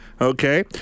okay